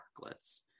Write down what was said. sparklets